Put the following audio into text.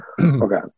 Okay